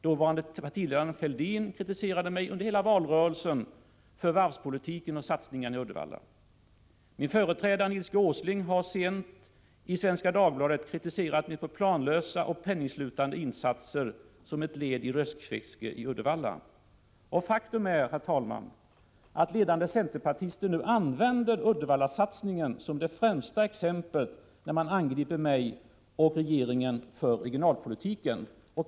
Dåvarande partiledaren Fälldin kritiserade mig under hela valrörelsen för varvspolitiken och satsningarna i Uddevalla. Min företrädare Nils G. Åsling har i Svenska Dagbladet kritiserat mig för planlösa och penningslukande insatser som ett led i röstfisket i Uddevalla. Faktum är, herr talman, att ledande centerpartister nu använder Uddevallasatsningen som det främsta exemplet när man angriper mig och regeringen för regionalpolitiken.